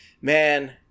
man